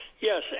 Yes